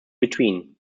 between